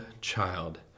child